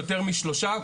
ויותר משלושה,